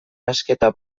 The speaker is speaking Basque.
hausnarketa